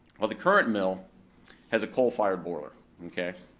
well the current mill has a coal fire boiler, okay?